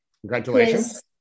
Congratulations